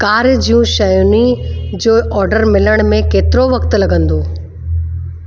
car जूं शयुनि जो ऑडर मिलण में केतिरो वक़्तु लॻंदो